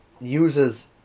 uses